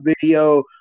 video